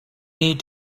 need